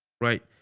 Right